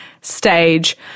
stage